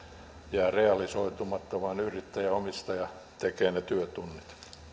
jää realisoitumatta ja yrittäjäomistaja tekee ne työtunnit